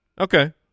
Okay